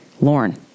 Lauren